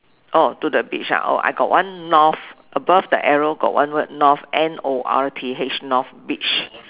oh to the beach ah oh I got one north above the arrow got one word north N O R T H North beach